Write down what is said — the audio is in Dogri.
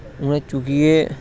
उनेंगी चुक्कियै